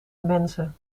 mensen